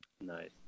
nice